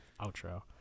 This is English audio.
outro